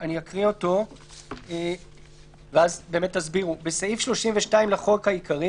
אני אקרא אותו ואז תסבירו: "בסעיף 32 לחוק העיקרי